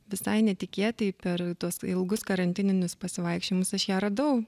visai netikėtai per tuos ilgus karantininius pasivaikščiojimus aš ją radau